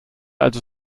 also